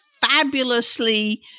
fabulously –